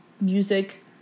music